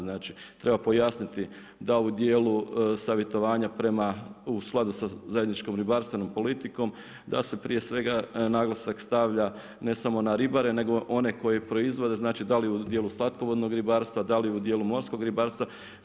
Znači treba pojasniti da u dijelu savjetovanja u skladu sa zajedničkom redarstvenom politiku da se prije svega naglasak stavlja ne samo na ribare, nego one koje proizvode, znači da li u dijelu slatkovodnog ribarstva, da li u dijelu morskog ribarstva.